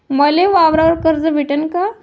मले वावरावर कर्ज भेटन का?